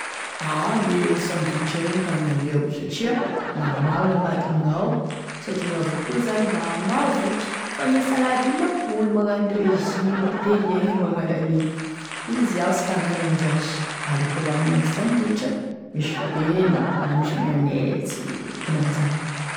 Aa gne sandwich igny ka gn'aleo, satria maromaro gn'agnatiny gnao sady igny avao koa zany mba mahavoky fa gne salade igny manko olo magnano régime olo te hihegny e magnano an'igny fizy iaho sy ta hagnano an'izay sh, aleko avao minagny sandwich, misy hena misy mayonnaise, ankonanizany.